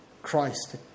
Christ